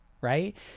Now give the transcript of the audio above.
right